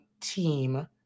team